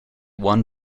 one